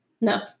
No